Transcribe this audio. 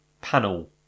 panel